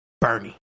Bernie